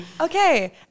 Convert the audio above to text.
Okay